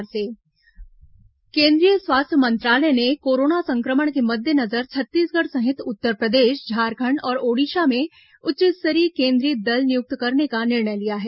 corona केंद्रीय दल नियुक्ति केंद्रीय स्वास्थ्य मंत्रालय ने कोरोना संक्रमण के मद्देनजर छत्तीसगढ़ सहित उत्तरप्रदेश झारखंड और ओडिसा में उच्चस्तरीय केंद्रीय दल नियुक्त करने का निर्णय लिया है